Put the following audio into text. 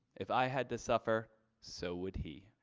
if i had to suffer so would he?